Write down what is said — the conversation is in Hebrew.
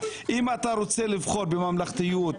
אם אתה רוצה לבחור בממלכתיות,